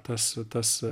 tas tas